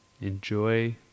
enjoy